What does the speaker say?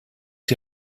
die